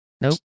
Nope